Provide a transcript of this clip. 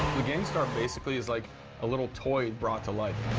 the gangstar basically is like a little toy brought to life.